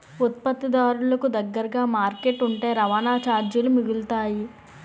ఉత్పత్తిదారులకు దగ్గరగా మార్కెట్ ఉంటే రవాణా చార్జీలు మిగులుతాయి